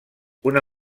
una